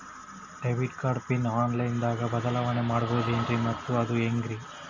Debit card pin online ದಾಗ ಬದಲಾವಣೆ ಮಾಡಬಹುದೇನ್ರಿ ಮತ್ತು ಅದು ಹೆಂಗ್ರಿ?